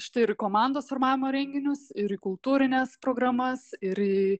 štai ir į komandos formavimo renginius ir į kultūrines programas ir į